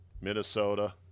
Minnesota